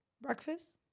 Breakfast